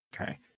Okay